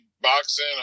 boxing